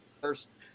first